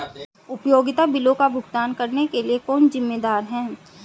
उपयोगिता बिलों का भुगतान करने के लिए कौन जिम्मेदार है?